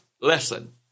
lesson